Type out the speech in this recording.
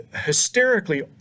hysterically